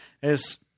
es